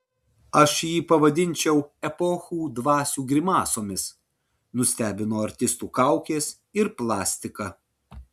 aš jį pavadinčiau epochų dvasių grimasomis nustebino artistų kaukės ir plastika